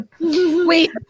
Wait